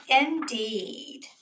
Indeed